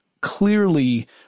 Clearly